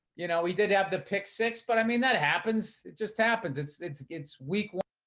you know, we did have the pick six, but i mean, that happens. it just happens. it's it's it's week one,